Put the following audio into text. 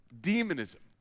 demonism